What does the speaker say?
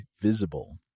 Visible